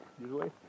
usually